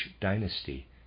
dynasty